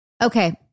Okay